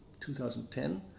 2010